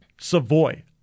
Savoy